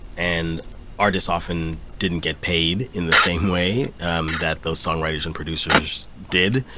and artists often didn't get paid in the same way um that those songwriters and producers did,